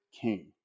king